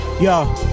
yo